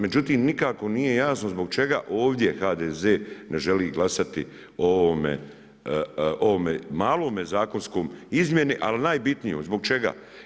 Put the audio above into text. Međutim, nikako nije jasno zbog čega ovdje HDZ ne želi glasati o ovome malome zakonskom izmjeni, ali najbitnije, zbog čega?